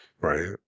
right